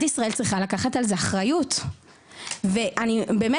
ישראל צריכה לקחת על זה אחריות ואני באמת,